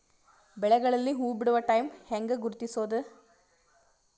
ಬೆಳೆಗಳಲ್ಲಿ ಹೂಬಿಡುವ ಟೈಮ್ ಹೆಂಗ ಗುರುತಿಸೋದ?